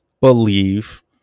believe